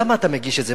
למה אתה מגיש את זה?